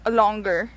longer